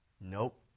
Nope